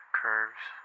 curves